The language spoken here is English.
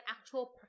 actual